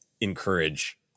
encourage